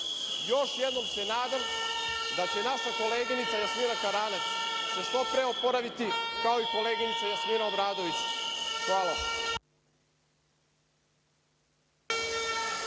jednom se nadam da će naša koleginica Jasmina Karanac se što pre oporaviti, kao i koleginica Jasmina Obradović. Hvala.